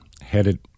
headed